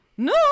No